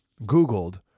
Googled